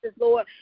Lord